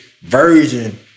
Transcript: version